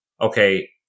okay